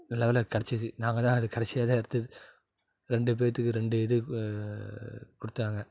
நல்ல வேலை கிடச்சிச்சி நாங்கள்தான் அது கடைசியாகதான் எடுத்தது ரெண்டு பேத்துக்கு ரெண்டு இது கொடுத்தாங்க